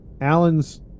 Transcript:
Alan's